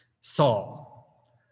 Saul